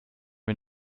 wir